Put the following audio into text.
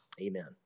Amen